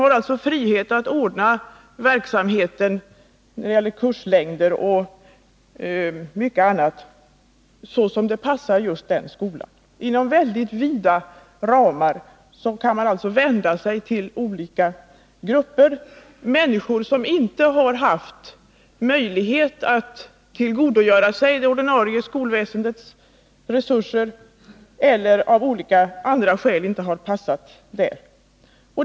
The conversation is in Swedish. Man har frihet att ordna verksamheten när det gäller kurslängd och mycket annat så som det passar just den skolan. Inom väldigt vida ramar kan man vända sig till olika grupper av människor som inte har haft möjlighet att tillgodogöra sig det ordinarie skolväsendets resurser.